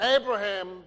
Abraham